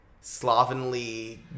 slovenly